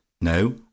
No